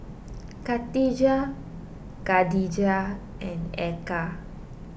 Khadija Katijah and Eka